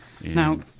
Now